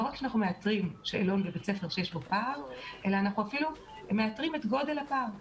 לא רק שאנחנו עושים זאת אלא אנחנו אפילו מאתרים את גודל הפער,